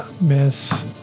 Miss